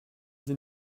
sind